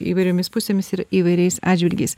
įvairiomis pusėmis ir įvairiais atžvilgiais